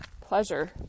pleasure